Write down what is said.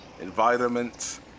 environment